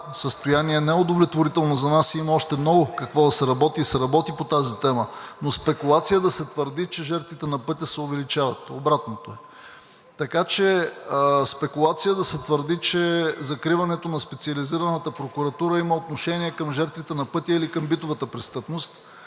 състояние не е удовлетворително за нас, има още много какво да се работи и се работи по тази тема. Но е спекулация да се твърди, че жертвите на пътя се увеличават. Обратното е. Спекулация е да се твърди, че закриването на Специализираната прокуратура има отношение към жертвите на пътя или към битовата престъпност.